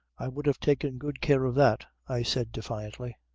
i would have taken good care of that, i said defiantly.